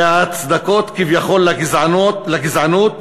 וההצדקות כביכול לגזענות